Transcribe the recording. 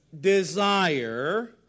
desire